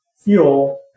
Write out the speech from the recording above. fuel